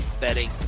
betting